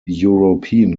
european